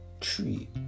tree